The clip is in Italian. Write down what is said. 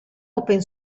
open